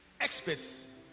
experts